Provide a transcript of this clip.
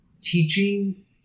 teaching